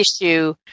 issue